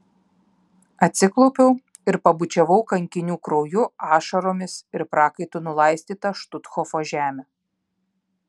atsiklaupiau ir pabučiavau kankinių krauju ašaromis ir prakaitu nulaistytą štuthofo žemę